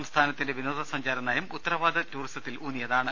സംസ്ഥാനത്തിന്റെ വിനോദ സഞ്ചാര നയം ഉത്തരവാദിത്ത ടൂറിസത്തിൽ ഊന്നിയതാണ്